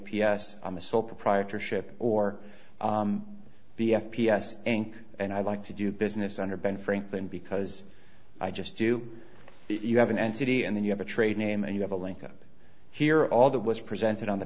p s i'm a sole proprietorship or b f p s nk and i like to do business under ben franklin because i just do you have an entity and then you have a trade name and you have a link up here all that was presented on the